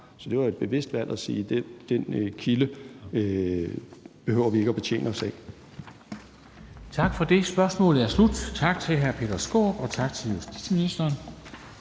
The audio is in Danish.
Så det var et bevidst valg at sige, at den kilde behøver vi ikke at betjene os af.